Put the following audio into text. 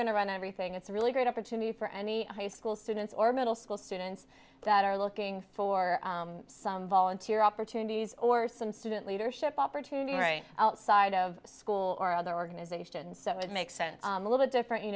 going to run everything it's a really great opportunity for any high school students or middle school students that are looking for some volunteer opportunities or some student leadership opportunity right outside of school or other organizations seven makes sense little bit different you